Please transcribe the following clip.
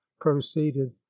proceeded